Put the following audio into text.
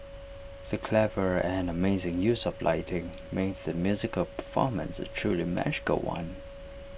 the clever and amazing use of lighting made the musical performance A truly magical one